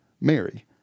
Mary